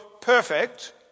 perfect